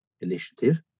Initiative